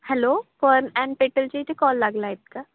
hello fun and पेटलच्या इथे call लागला आहेत का